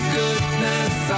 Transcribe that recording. goodness